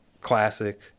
classic